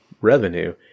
revenue